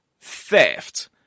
theft